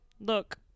Look